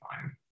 fine